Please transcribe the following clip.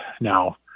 Now